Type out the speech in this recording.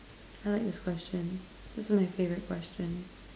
I like this question this is my favorite question